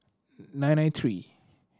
nine nine three